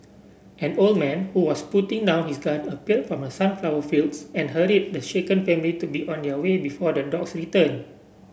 an old man who was putting down his gun appeared from the sunflower fields and hurried the shaken family to be on their way before the dogs return